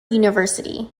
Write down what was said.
university